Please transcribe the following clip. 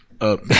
up